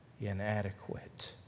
Inadequate